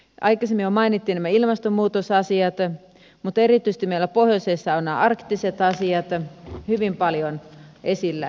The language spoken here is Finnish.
aikaisemmin jo mainittiin nämä ilmastonmuutosasiat mutta erityisesti meillä pohjoisessa ovat nämä arktiset asiat hyvin paljon esillä